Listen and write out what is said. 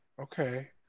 Okay